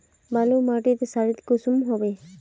बालू माटित सारीसा कुंसम होबे?